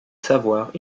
savoir